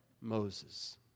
Moses